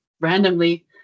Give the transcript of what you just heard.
randomly